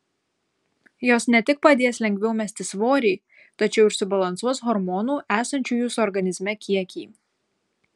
jos ne tik padės lengviau mesti svorį tačiau ir subalansuos hormonų esančių jūsų organizme kiekį